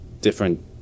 different